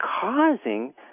causing